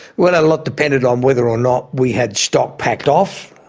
well, a lot depended on whether or not we had stock packed off,